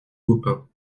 baupin